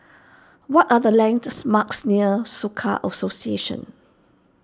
what are the landmarks near Soka Association